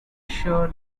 sure